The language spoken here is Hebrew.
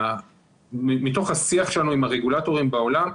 מתוך השיח שלנו עם הרגולטורים בעולם,